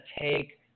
take